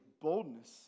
boldness